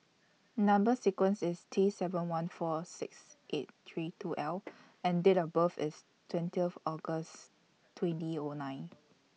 Number sequence IS T seven one four six eight three two L and Date of birth IS twentieth August twenty O nine